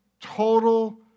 total